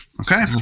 Okay